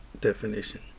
definition